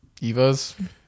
Evas